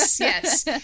yes